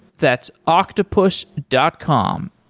that's octopus dot com,